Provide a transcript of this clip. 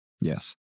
Yes